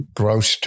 gross